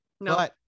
no